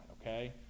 Okay